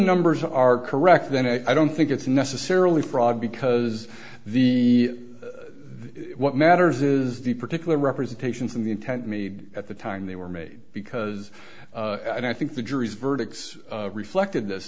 numbers are correct then i don't think it's necessarily fraud because the what matters is the particular representations and the intent made at the time they were made because i think the jury's verdict reflected this